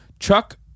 Chuck